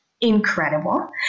incredible